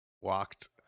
Walked